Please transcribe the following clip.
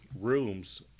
rooms